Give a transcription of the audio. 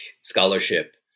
scholarship